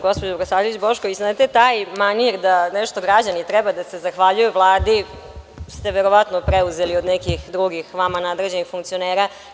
Gospođo Bogosavljević Bošković, znate, taj manir da nešto građani treba da se zahvaljuju Vladi ste verovatno preuzeli od nekih drugih vama nadređenih funkcionera.